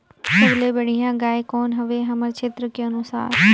सबले बढ़िया गाय कौन हवे हमर क्षेत्र के अनुसार?